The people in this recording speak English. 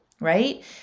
right